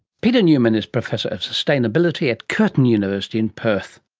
peter newman is professor of sustainability at curtin university in perth